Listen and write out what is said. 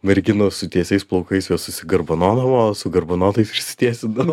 merginos su tiesiais plaukais juos susigarbanodavo o su garbanotais išsitiesindavo